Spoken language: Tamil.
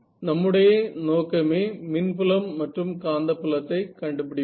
நம்முடைய நோக்கமே மின்புலம் மற்றும் காந்தப்புலத்தை கண்டுபிடிப்பதே